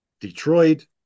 Detroit